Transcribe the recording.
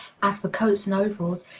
as for coats and overalls,